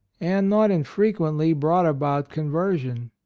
and not infrequently brought about conversion.